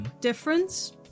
difference